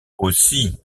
aussi